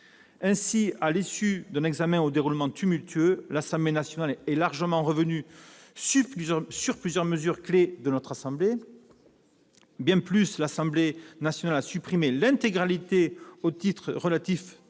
Ainsi, à l'issue d'un examen au déroulement tumultueux, l'Assemblée nationale est largement revenue sur plusieurs mesures clefs adoptées par notre assemblée. Bien plus, l'Assemblée nationale a supprimé l'intégralité du titre relatif à la